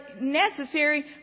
necessary